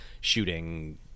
shooting